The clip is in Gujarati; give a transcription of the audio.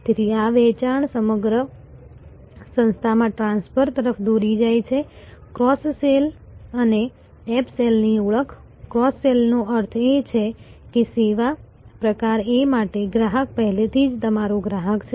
તેથી આ વેચાણ સમગ્ર સંસ્થામાં ટ્રાન્સફર તરફ દોરી જાય છે ક્રોસ સેલ અને અપ સેલની ઓળખ ક્રોસ સેલનો અર્થ એ છે કે સેવા પ્રકાર A માટે ગ્રાહક પહેલેથી જ તમારો ગ્રાહક છે